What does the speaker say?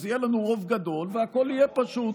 אז יהיה לנו רוב גדול והכול יהיה פשוט.